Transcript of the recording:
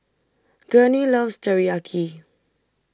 Gurney loves Teriyaki